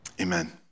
Amen